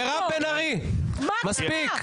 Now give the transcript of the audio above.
מירב בן ארי, מספיק.